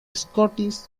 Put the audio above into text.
scottish